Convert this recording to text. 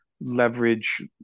leverage